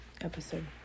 Episode